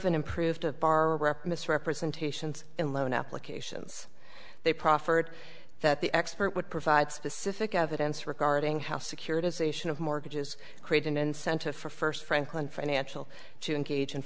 an improved of bar representations in loan applications they proffered that the expert would provide specific evidence regarding how securitization of mortgages create an incentive for first franklin financial to engage in